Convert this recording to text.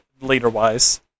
leader-wise